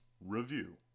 Review